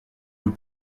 veut